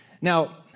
Now